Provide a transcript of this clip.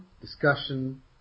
discussion